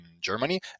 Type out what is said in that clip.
Germany